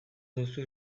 duzu